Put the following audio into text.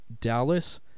Dallas